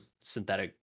synthetic